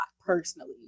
personally